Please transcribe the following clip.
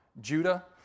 Judah